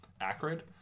acrid